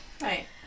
Right